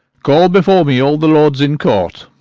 call before me all the lords in court.